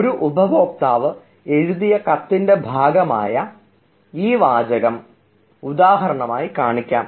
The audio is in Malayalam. ഒരു ഉപഭോക്താവ് എഴുതിയ കത്തിനെ ഭാഗമായ ഈ വാചകം ഉദാഹരണമായി കണക്കാക്കാം